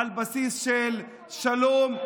על בסיס של שלום,